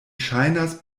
ŝajnas